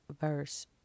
verse